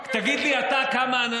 תגיד לי אתה כמה.